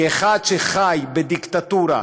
כאחד שחי בדיקטטורה,